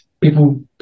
people